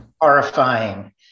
horrifying